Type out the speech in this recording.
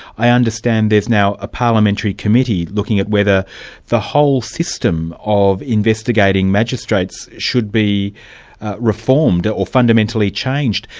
i understand there's now a parliamentary committee looking at whether the whole system of investigating magistrates should be reformed, or fundamentally changed.